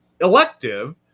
elective